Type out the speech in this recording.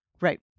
Right